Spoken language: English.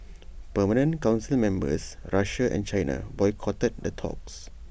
permanent Council members Russia and China boycotted the talks